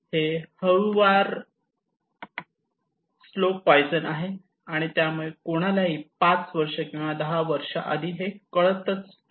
हे हळुवार slow poison आहे आणि त्यामुळे कुणालाही पाच वर्ष किंवा दहा वर्षा आधी हे कळत नाही